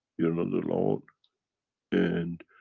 you are not alone and